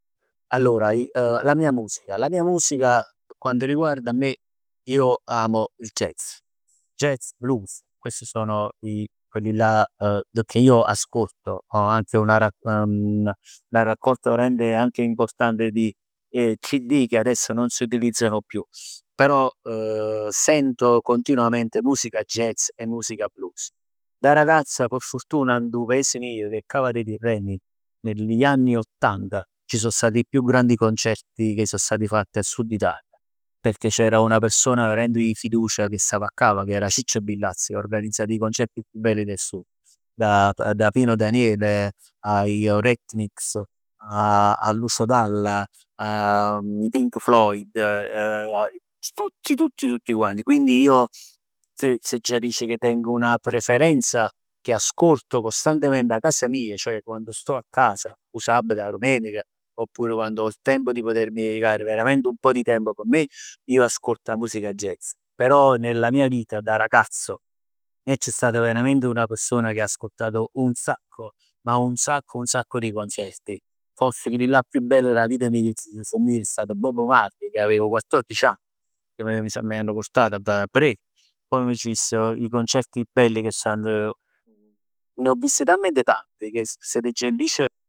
Allora la mia musica, la mia musica p' quanto riguarda 'a me io amo il Jazz, il jazz, blues, questi sono i quelli là che io ascolto, anzi ho un una raccolta veramente anche importante di CD che adesso non si utilizzano più, però sento continuamente musica jazz e musica blues. Da ragazzo p' fortuna dint' 'o paese mij che è Cava de' Tirreni negli anni Ottanta ci sono stati i più grandi concerti che so stati fatti a Sud Italia, pecchè c'era una persona veramente di fiducia che stava a Cava, che era Ciccio Billazzi e che organizzava i concerti più belli del Sud, da da Pino Daniele, agli, a Lucio Dalla, ai Pink Floyd, tutti tutti tutti quanti, quindi io, s' se aggia dicere che tengo una preferenza che ascolto costantemente 'a casa mia, cioè quando sto a casa, 'o sabbat, a dummenec, oppure quando ho il tempo di potermi dedicare veramente un pò di tempo p' me io ascolto 'a musica jazz, però nella mia vita da ragazzo, ij agg stat veramente una persona che ha ascoltato un sacco, ma un sacco, un sacco di concerti, forse chellillà chiù bell dà vita mij è stato Bob Marley che avevo quattordici anni, che mi hanno portato a verè. Poj m'aggio vist i concerti belli che so andato, ne ho visti talmente tanti che se t'aggia dicere